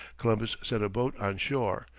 columbus sent a boat on shore,